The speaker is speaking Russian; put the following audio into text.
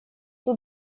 тут